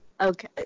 Okay